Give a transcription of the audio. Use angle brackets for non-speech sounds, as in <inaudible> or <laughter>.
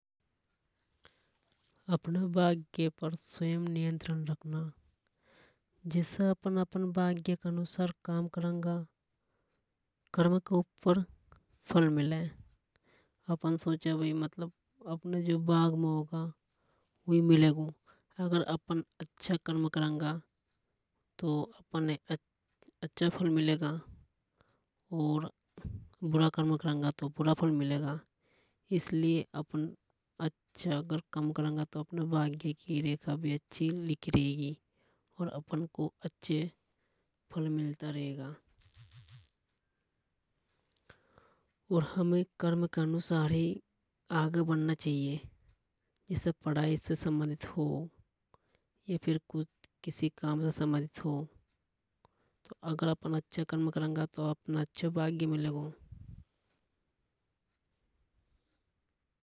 अपना भाग्य पर स्वयं नियंत्रण रखना। जसा अपन अपना भाग्य के अनुसार काम करागा। करबा के ऊपर फल मिले। अपन सोचा भई मतलब अपने जो भाग में होगा उही मिलेगा। अगर अपन अच्छा कर्म करागा तो अपने अच्छा फल मिलेगा। और बुरा कर्म करागा तो बुरा फल मिलेगा। इसलिए अपन अच्छा अगर कर्म करागा तो अपने भाग्य की रेखा भी अच्छी लिखी रेगी। और अपनको अच्छे फल मिलता रेगा। <noise> और हमें कर्म के अनुसार ही आगे बढ़ना चाहिए। जैसे पढ़ाई से संबंधित हो या फिर किसी काम से संबंधित हो। तो अपन अच्छा कर्म करागा तो अच्छों भाग्य मिलेगो।